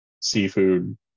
seafood